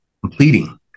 completing